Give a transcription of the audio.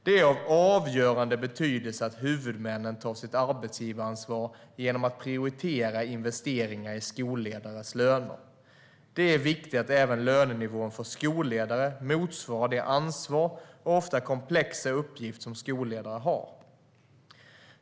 Det är av avgörande betydelse att huvudmännen tar sitt arbetsgivaransvar genom att prioritera investeringar i skolledares löner. Det är viktigt att även lönenivån för skolledare motsvarar det ansvar och den ofta komplexa uppgift som skolledare har.